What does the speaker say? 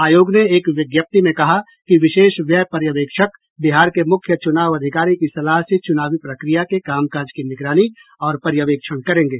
आयोग ने एक विज्ञप्ति में कहा कि विशेष व्यय पर्यवेक्षक बिहार के मुख्य चुनाव अधिकारी की सलाह से चुनावी प्रक्रिया के कामकाज की निगरानी और पर्यवेक्षण करेंगे